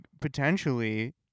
potentially—